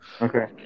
Okay